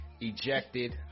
ejected